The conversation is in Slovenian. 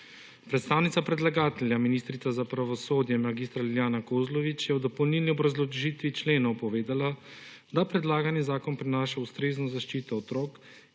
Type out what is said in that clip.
Predstavnica predlagatelja ministrica za pravosodje mag. Lilijana Kozlovič je v dopolnilni obrazložitvi členov povedala, da predlagani zakon prinaša ustrezno zaščito otrok,